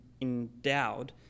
endowed